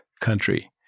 country